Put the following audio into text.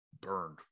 burned